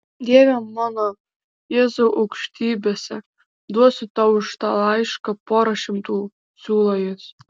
dieve mano jėzau aukštybėse duosiu tau už tą laišką porą šimtų siūlo jis